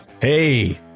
Hey